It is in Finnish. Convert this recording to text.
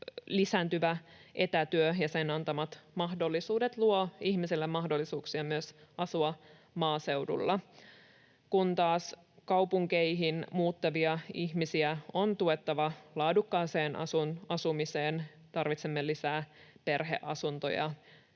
lisääntyvä etätyö ja sen antamat mahdollisuudet luovat ihmisille mahdollisuuksia myös asua maaseudulla, kun taas kaupunkeihin muuttavia ihmisiä on tuettava laadukkaaseen asumiseen: tarvitsemme lisää perheasuntoja